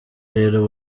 rero